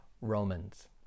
Romans